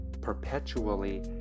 perpetually